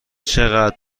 چقدر